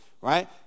right